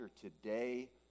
today